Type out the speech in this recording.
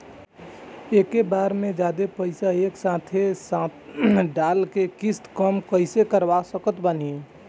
एके बार मे जादे पईसा एके साथे डाल के किश्त कम कैसे करवा सकत बानी?